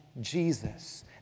Jesus